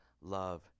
love